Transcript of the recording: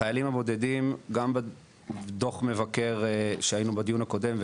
החיילים הבודדים גם בדוח מבקר כשהיינו בדיון הקודם,